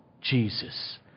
Jesus